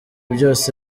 byose